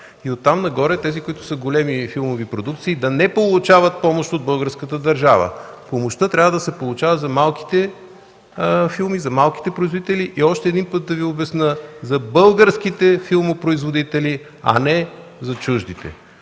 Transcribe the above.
и оттам нагоре тези, които са големи филмови продукции, да не получават помощ от българската държава. Помощта трябва да се получава за малките филми, за малките производители, и още един път да Ви обясня – за българските филмопроизводители, а не за чуждите,